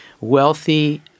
wealthy